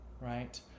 right